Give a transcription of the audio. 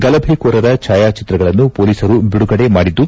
ಗಲಭೆಕೋರರ ಛಾಯಾಚಿತ್ರಗಳನ್ನು ಪೊಲೀಸರು ಬಿಡುಗಡೆ ಮಾಡಿದ್ದು